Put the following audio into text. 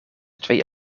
twee